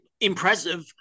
impressive